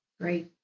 Great